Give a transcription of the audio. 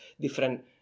different